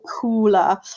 cooler